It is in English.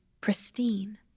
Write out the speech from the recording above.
pristine